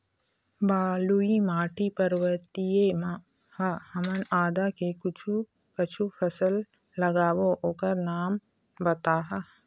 बलुई माटी पर्वतीय म ह हमन आदा के कुछू कछु फसल लगाबो ओकर नाम बताहा?